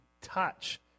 touch